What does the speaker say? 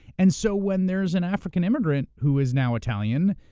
and so, when there's an african immigrant who is now italian,